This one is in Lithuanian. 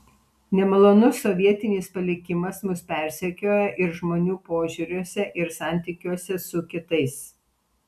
nemalonus sovietinis palikimas mus persekioja ir žmonių požiūriuose ir santykiuose su kitais